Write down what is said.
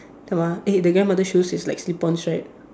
Dharma eh the grandmother shoes is like slip-ons right